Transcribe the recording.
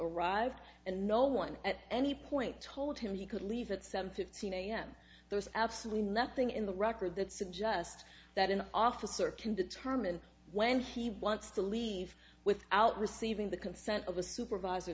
arrived and no one at any point told him he could leave at seven fifteen am there is absolutely nothing in the record that suggest that an officer can determine when he wants to leave without receiving the consent of a supervisor